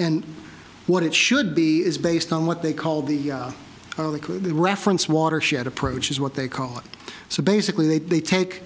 and what it should be based on what they call the reference watershed approach is what they call it so basically they they take